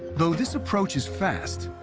though this approach is fast,